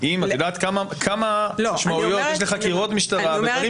את יודעת כמה משמעויות יש לחקירות משטרה בדברים